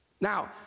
Now